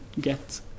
get